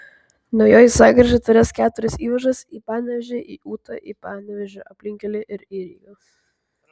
naujoji sankryža turės keturias įvažas į panevėžį į ūtą į panevėžio aplinkkelį ir į rygą